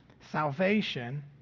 salvation